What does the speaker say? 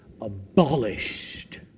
Abolished